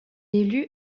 élu